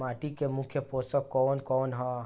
माटी में मुख्य पोषक कवन कवन ह?